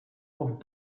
auf